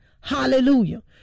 Hallelujah